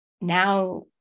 now